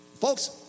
Folks